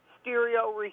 stereo